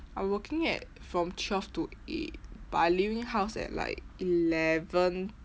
I working at from twelve to eight but I leaving house at like eleven